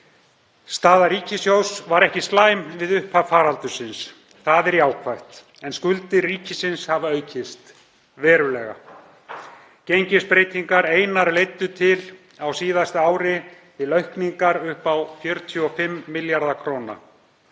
Staða ríkissjóðs var ekki slæm við upphaf faraldursins. Það er jákvætt, en skuldir ríkisins hafa aukist verulega. Gengisbreytingar einar leiddu á síðasta ári til aukningar upp á 45 milljarða kr.